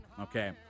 Okay